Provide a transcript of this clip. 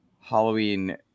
Halloween